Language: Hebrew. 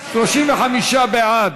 35 בעד,